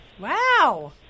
Wow